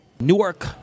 Newark